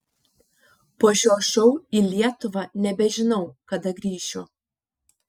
po šio šou į lietuvą nebežinau kada grįšiu